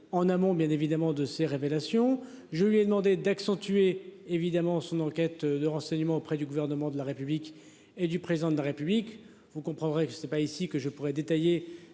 en amont bien évidemment de ces révélations. Je lui ai demandé d'accentuer évidemment son enquête de renseignements auprès du gouvernement de la République et du président de la République. Vous comprendrez que ce n'pas ici que je pourrais détailler